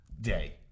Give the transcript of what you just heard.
day